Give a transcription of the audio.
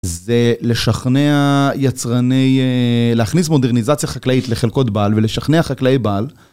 זה לשכנע יצרני, להכניס מודרניזציה חקלאית לחלקות בעל ולשכנע חקלאי בעל.